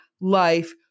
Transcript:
life